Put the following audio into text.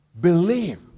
Believe